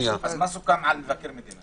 מה סוכם על מבקר המדינה?